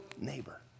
neighbor